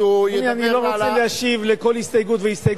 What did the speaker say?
אני לא רוצה להשיב על כל הסתייגות והסתייגות.